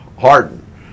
Harden